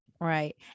Right